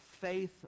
faith